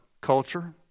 culture